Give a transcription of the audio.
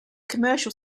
commercial